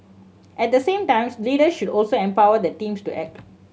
at the same times leaders should also empower their teams to act